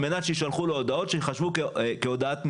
על מנת שיישלחו לו הודעות שייחשבו כהודעת מסירה.